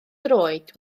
droed